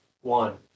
One